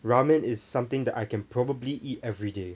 ramen is something that I can probably eat everyday